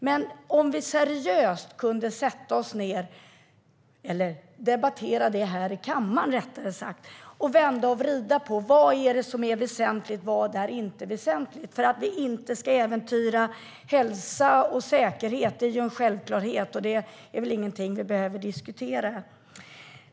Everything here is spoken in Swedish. Men om vi seriöst kunde sätta oss ned, eller rättare sagt debattera detta i kammaren, och vända och vrida på vad som är väsentligt och vad som inte är väsentligt vore det bra. Att vi inte ska äventyra hälsa och säkerhet är en självklarhet, och det är knappast någonting som vi behöver diskutera.